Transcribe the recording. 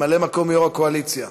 ממלא-מקום יו"ר הקואליציה,